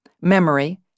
memory